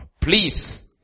Please